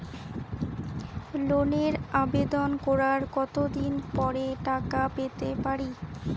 লোনের আবেদন করার কত দিন পরে টাকা পেতে পারি?